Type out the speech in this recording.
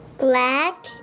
Black